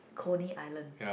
Coney Island